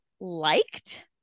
liked